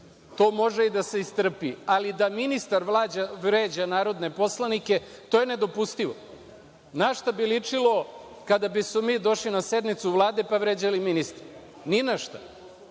to može i da se istrpi, ali da ministar vređa narodne poslanike to je nedopustivo. Na šta bi ličilo kada bismo mi došli na sednicu Vlade pa vređali ministra? Ni na